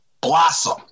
blossom